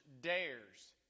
dares